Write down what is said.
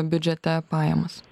biudžete pajamas